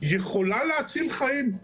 יכולה להציל חיים,